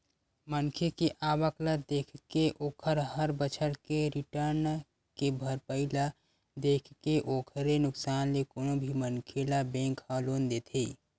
मनखे के आवक ल देखके ओखर हर बछर के रिर्टन के भरई ल देखके ओखरे अनुसार ले कोनो भी मनखे ल बेंक ह लोन देथे